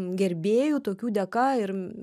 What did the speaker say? gerbėjų tokių dėka ir